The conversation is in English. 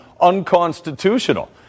unconstitutional